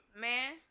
Man